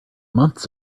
months